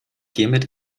hiermit